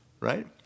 right